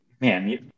man